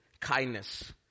kindness